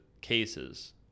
cases